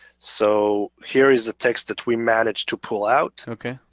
so here is the text that we managed to pull out. okay.